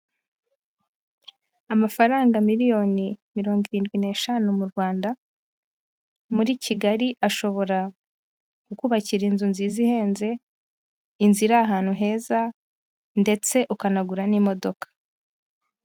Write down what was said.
Amafaranga miliyoni mirongo irindwi n'eshanu mu Rwanda, muri Kigali ashobora kukubakira inzu nziza ihenze, inzu iri ahantu heza ndetse ukanagura n'imodoka.